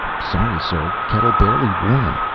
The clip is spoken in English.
sorry, sir. kettle barely warm.